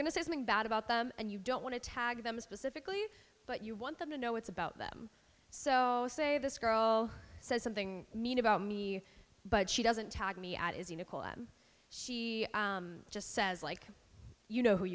going to say something bad about them and you don't want to tag them specifically but you want them to know it's about them so say this girl says something mean about me but she doesn't tag me at is you nicole i am she just says like you know who